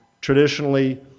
traditionally